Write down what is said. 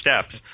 steps